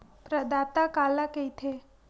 प्रदाता काला कइथे?